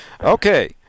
Okay